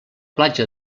platja